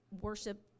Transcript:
worship